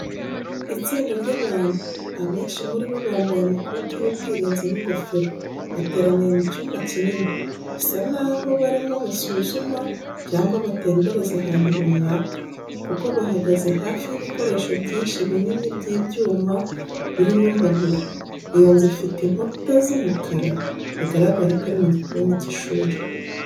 Itsinda ry'abantu, abenshi muri bo bambaye amakoti y'ubwirinzi n'ingofero, bateraniye mu cyumba kinini. Bisa naho barimo basuzuma, cyangwa batembereza ahantu runaka, kuko bahagaze hafi y'ibikoresho byinshi binini by'ibyuma birimo imbabura. Iyo nzu ifite inkuta z'umukara, bigaragara ko ari mu gikoni cy'ishuri.